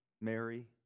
Mary